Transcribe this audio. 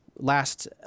Last